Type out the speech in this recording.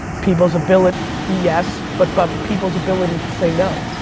people's ability yes, but but people's ability to say no.